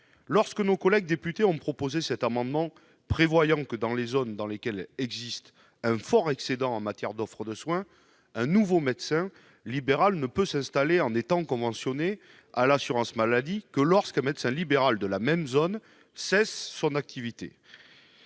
Nos collègues députés ont déjà proposé cet amendement, en vertu duquel, dans les zones présentant un fort excédent en matière d'offre de soins, un nouveau médecin libéral ne peut s'installer en étant conventionné à l'assurance maladie que lorsqu'un médecin libéral de la même zone cesse son activité.